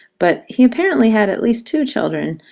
but he apparently had at least two children,